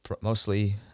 mostly